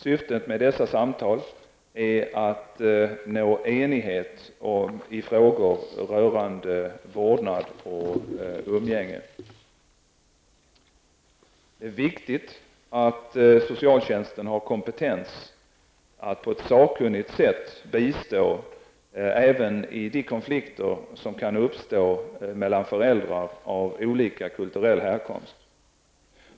Syftet med dessa samtal är att nå enighet i frågor rörande vårdnad och umgänge. Det är viktigt att socialtjänsten har kompetens att på ett sakkunnigt sätt bistå även i de konflikter som kan uppstå mellan föräldrar av olika kulturell härkomst.